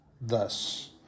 thus